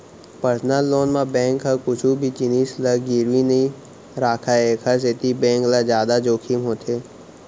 personal loan म bank ह कुछु भी जिनिस ल गिरवी नइ राखय एखर सेती बेंक ल जादा जोखिम होथे